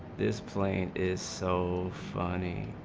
this plan is so funny